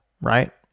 right